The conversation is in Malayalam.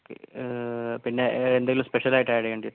ഓക്കെ പിന്നെ എന്തെങ്കിലും സ്പെഷ്യലായിട്ട് ആഡ് ചെയ്യേണ്ടതായിട്ടുണ്ടോ